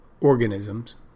organisms